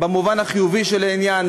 במובן החיובי של העניין,